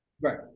Right